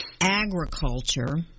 agriculture